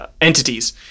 Entities